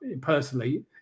personally